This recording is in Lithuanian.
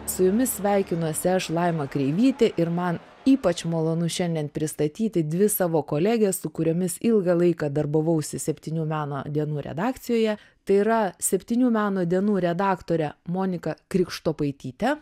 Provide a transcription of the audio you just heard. su jumis sveikinuosi aš laima kreivytė ir man ypač malonu šiandien pristatyti dvi savo koleges su kuriomis ilgą laiką darbavausi septynių meno dienų redakcijoje tai yra septynių meno dienų redaktorė monika krikštopaitytė